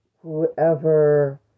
whoever